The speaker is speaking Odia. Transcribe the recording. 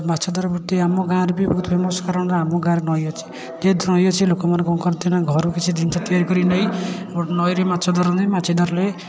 ମାଛ ଧରା ବୃତ୍ତି ଆମ ଗାଁରେ ବି ବହୁତ ଫେମସ୍ କାରଣ ଆମ ଗାଁରେ ନଈ ଅଛି ଯେହେତୁ ନଈ ଅଛି ଲୋକମାନେ କ'ଣ କରନ୍ତି ନା ଘରୁ କିଛି ଜିନିଷ ତିଆରି କରି ନେଇ ନଈରେ ମାଛ ଧରନ୍ତି ମାଛ ଧରିଲେ